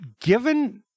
given